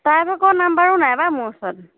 তাইৰ ভাগৰ নাম্বাৰো নাই পাই মোৰ ওচৰত